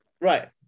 Right